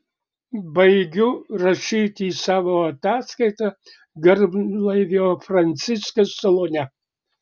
baigiu rašyti savo ataskaitą garlaivio franciskas salone